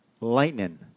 Lightning